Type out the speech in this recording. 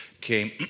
came